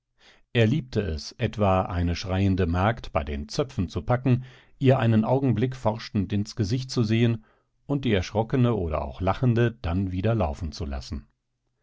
er liebte es etwa eine schreiende magd bei den zöpfen zu packen ihr einen augenblick forschend ins gesicht zu sehen und die erschrockene oder auch lachende dann wieder laufen zu lassen